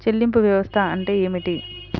చెల్లింపు వ్యవస్థ అంటే ఏమిటి?